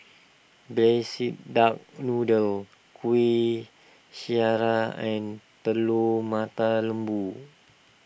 Braised Duck Noodle Kueh Syara and Telur Mata Lembu